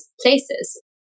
places